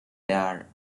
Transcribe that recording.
there